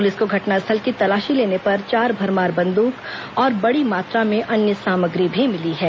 police को घटनास्थल की तलाशी लेने पर चार भरमार बंदूक और बड़ी मात्रा में अन्य सामग्री भी मिली है